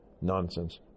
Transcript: nonsense